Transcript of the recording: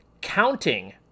Counting